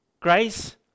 Grace